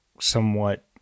somewhat